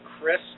Chris